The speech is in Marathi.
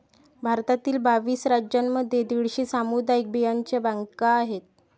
भारतातील बावीस राज्यांमध्ये दीडशे सामुदायिक बियांचे बँका आहेत